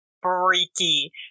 freaky